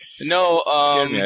No